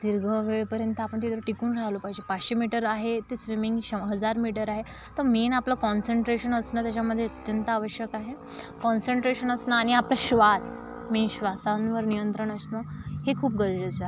दीर्घ वेळपर्यंत आपण तिथे टिकून राहिलो पाहिजे पाचशे मीटर आहे ते स्विमिंग श हजार मीटर आहे तर मेन आपलं कॉन्सन्ट्रेशन असणं त्याच्यामध्ये असणं अत्यंत आवश्यक आहे कॉन्सन्ट्रेशन असणं आणि आपला श्वास मेन श्वासांवर नियंत्रण असणं हे खूप गरजेचं आहे